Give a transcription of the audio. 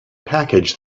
package